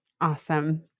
Awesome